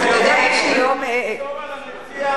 כדי שלא ישפטו,